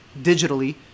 digitally